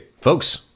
folks